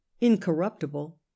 incorruptible